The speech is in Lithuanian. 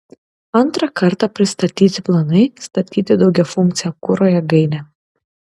antrą kartą pristatyti planai statyti daugiafunkcę kuro jėgainę